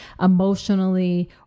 emotionally